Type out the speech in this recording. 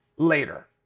later